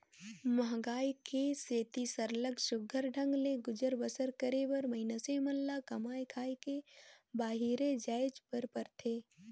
मंहगई के सेती सरलग सुग्घर ढंग ले गुजर बसर करे बर मइनसे मन ल कमाए खाए ले बाहिरे जाएच बर परथे